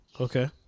Okay